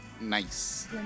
nice